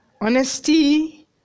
honesty